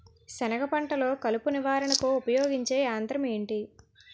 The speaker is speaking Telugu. సెనగ పంటలో కలుపు నివారణకు ఉపయోగించే యంత్రం ఏంటి?